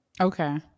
okay